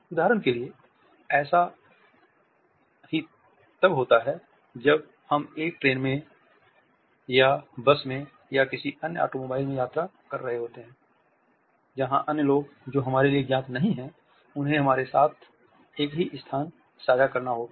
उदाहरण के लिए ऐसा तब होता है जब हम एक ट्रेन में या बस में या किसी अन्य ऑटोमोबाइल में यात्रा कर रहे होते हैं जहाँ अन्य लोग जो हमारे लिए ज्ञात नहीं हैं उन्हें हमारे साथ एक ही स्थान साझा करना होगा